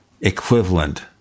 equivalent